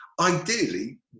Ideally